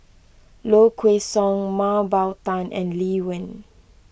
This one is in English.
Low Kway Song Mah Bow Tan and Lee Wen